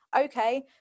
okay